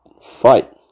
fight